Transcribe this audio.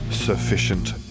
Sufficient